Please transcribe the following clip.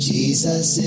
Jesus